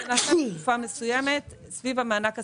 זה נעשה במשך תקופה מסוימת סביב המענק הסוציאלי,